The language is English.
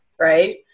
right